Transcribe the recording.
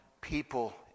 people